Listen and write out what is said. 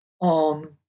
on